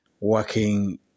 Working